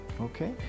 okay